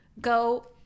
go